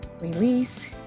release